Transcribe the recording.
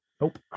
Nope